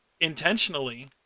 intentionally